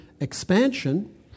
expansion